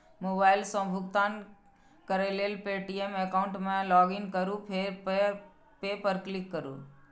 mobile सं भुगतान करै लेल पे.टी.एम एकाउंट मे लॉगइन करू फेर पे पर क्लिक करू